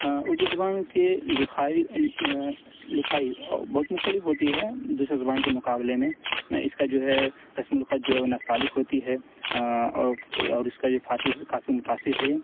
اردو زبان کے لکھائی لکھائی بہت مختلف ہوتی ہے دوسرے زبانوں کے مقابلے میں نا اس کا جو ہے رسم الخط جو ہے وہ نستعلیق ہوتی ہے اور اس کا جو فارسی سے کافی متاثر ہے یہ